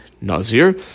Nazir